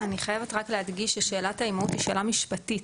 אני חייבת רק להדגיש ששאלת האימהות היא שאלה משפטית,